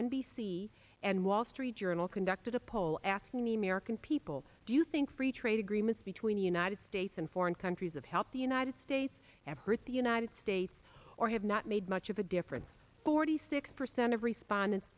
c and wall street journal conducted a poll asking the american people do you think free trade agreements between the united states and foreign countries of help the united states have hurt the united states or have not made much of a difference forty six percent respondents